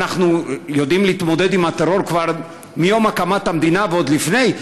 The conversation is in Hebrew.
אנחנו יודעים להתמודד עם הטרור כבר מיום הקמת המדינה ועוד לפני,